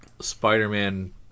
Spider-Man